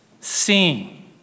seeing